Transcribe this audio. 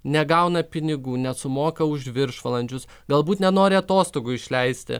negauna pinigų nesumoka už viršvalandžius galbūt nenori atostogų išleisti